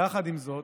יחד עם זאת,